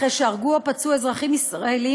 אחרי שהם הרגו או פצעו אזרחים ישראלים,